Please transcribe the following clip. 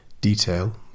detail